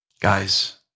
Guys